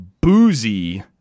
boozy